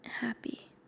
happy